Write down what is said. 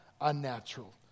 unnatural